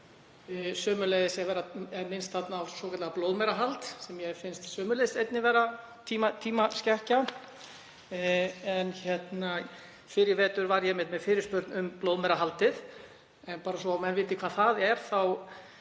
Sömuleiðis er minnst á svokallað blóðmerahald, sem mér finnst sömuleiðis einnig vera tímaskekkja. Fyrr í vetur var ég með fyrirspurn um blóðmerahaldið en bara svo menn viti hvað það er